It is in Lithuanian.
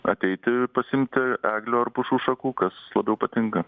ateiti pasiimti eglių ar pušų šakų kas labiau patinka